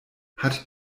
hat